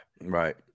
Right